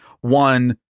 one